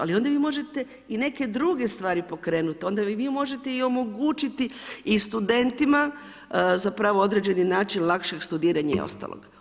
Ali onda vi možete i neke druge stvari pokrenuti, onda im vi možete i omogućiti i studentima zapravo određeni način lakše studiranje i ostalo.